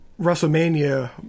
WrestleMania